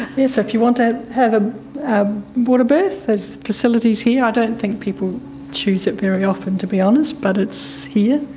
if you want to have a water birth, there's facilities here. i don't think people choose it very often, to be honest, but it's here.